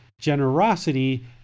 generosity